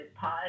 pause